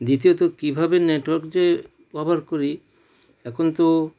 দ্বিতীয়ত কীভাবে নেটওয়ার্ক যে ব্যবহার করি এখন তো